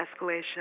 escalation